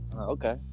okay